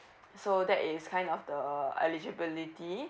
so that is kind of the eligibility